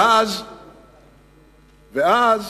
ואז